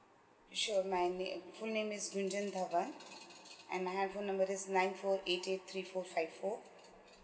sure my name full name is gunjan thawan and my handphone number is nine four eight eight three four five four